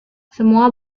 semua